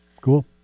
Cool